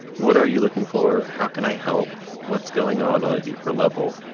what are you looking for? how can i help? what's going on on a deeper level?